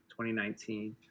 2019